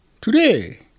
Today